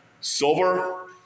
silver